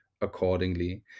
accordingly